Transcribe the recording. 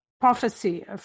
prophecy